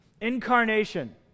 Incarnation